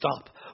stop